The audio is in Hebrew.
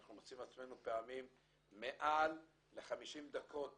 אנחנו מוצאים את עצמנו פעמים מעל ל-50 דקות